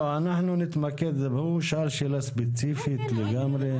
הוא שאל שאלה ספציפית לגמרי.